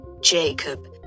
Jacob